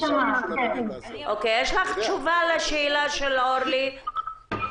יש לך תשובה לשאלה של אורלי?